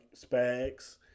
Spags